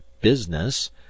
BUSINESS